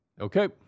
okay